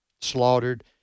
slaughtered